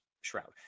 shroud